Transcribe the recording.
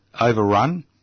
overrun